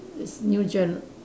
this new gen